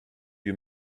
you